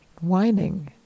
whining